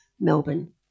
Melbourne